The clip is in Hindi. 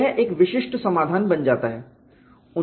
यह एक विशिष्ट समाधान बन जाता है